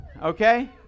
okay